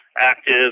active